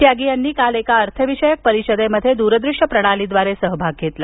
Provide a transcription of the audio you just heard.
त्यागी यांनी काल एका अर्थ विषयक परिषदेमध्ये दूर दृश्य प्रणालीद्वारे सहभाग घेतला